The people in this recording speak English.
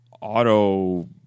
auto